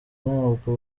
ntabwo